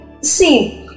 see